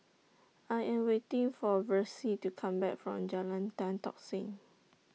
I Am waiting For Versie to Come Back from Jalan Tan Tock Seng